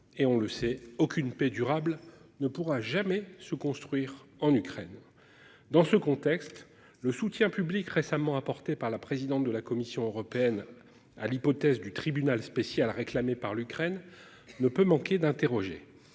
et on le sait aucune paix durable ne pourra jamais se construire en Ukraine. Dans ce contexte, le soutien public récemment apporté par la présidente de la Commission européenne à l'hypothèse du tribunal spécial réclamée par l'Ukraine ne peut manquer d'interroger